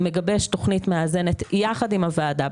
מגבש תוכנית מאזנת יחד עם הוועדה.